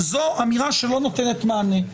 זאת אמירה שלא נותנת מענה.